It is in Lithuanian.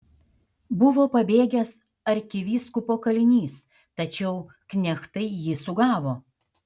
buvo pabėgęs arkivyskupo kalinys tačiau knechtai jį sugavo